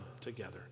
together